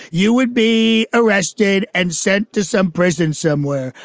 you would be arrested and sent to some prison somewhere.